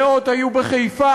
מאות היו בחיפה,